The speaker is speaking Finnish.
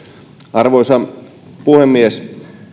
arvoisa puhemies